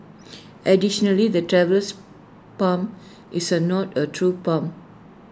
additionally the Traveller's palm is not A true palm